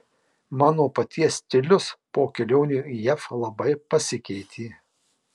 mano paties stilius po kelionių į jav labai pasikeitė